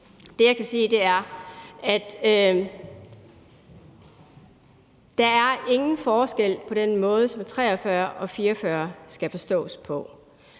Det, jeg kan sige, er, at der ikke er nogen forskel på den måde, som §§ 43 og 44 skal forstås på.